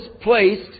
placed